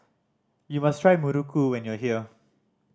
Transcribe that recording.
you must try muruku when you are here